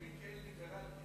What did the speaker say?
לאומי כן וליברל כן.